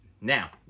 Now